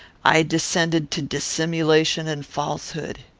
i descended to dissimulation and falsehood.